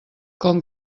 com